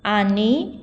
आनी